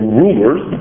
rumors